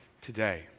today